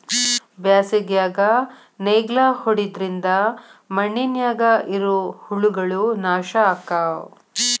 ಬ್ಯಾಸಿಗ್ಯಾಗ ನೇಗ್ಲಾ ಹೊಡಿದ್ರಿಂದ ಮಣ್ಣಿನ್ಯಾಗ ಇರು ಹುಳಗಳು ನಾಶ ಅಕ್ಕಾವ್